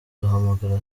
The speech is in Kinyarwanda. duhamagara